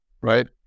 right